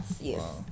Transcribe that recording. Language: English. Yes